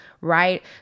right